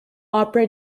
opera